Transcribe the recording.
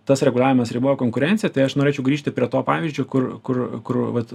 tas reguliavimas riboja konkurenciją tai aš norėčiau grįžti prie to pavyzdžio kur kur kur vat